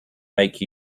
make